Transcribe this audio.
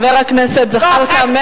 חבר הכנסת זחאלקה,